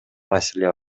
маселе